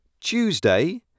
tuesday